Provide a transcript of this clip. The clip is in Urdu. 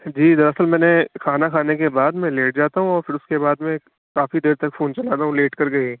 جی دراصل میں نے کھانا کھانے کے بعد میں لیٹ جاتا ہوں اور پھر اُس کے بعد میں کافی دیر تک فون چلاتا ہوں لیٹ کر کے ہی